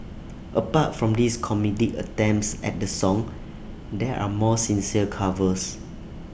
apart from these comedic attempts at the song there are more sincere covers